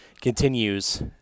Continues